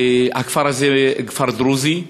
הכפר הזה הוא כפר דרוזי,